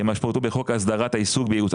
כמשמעותו בחוק הסדרת העיסוק.